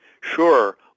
Sure